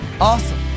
Awesome